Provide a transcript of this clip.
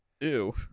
Ew